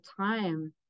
time